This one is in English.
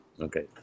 Okay